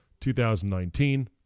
2019